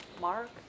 Mark